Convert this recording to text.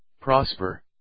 prosper